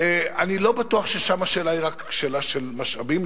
אני לא בטוח ששם השאלה היא רק שאלה של משאבים,